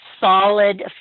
solid